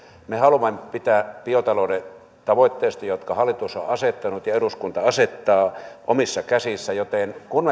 me haluamme pitää biotalouden tavoitteet jotka hallitus on asettanut ja eduskunta asettaa omissa käsissämme joten kun